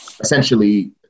essentially